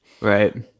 Right